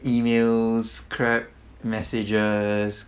emails crap messages